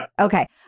Okay